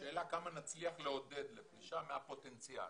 השאלה כמה נצליח לעודד לפרישה מהפוטנציאל.